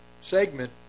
segment